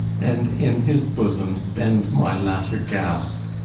and in his bosome spend my latter gaspe.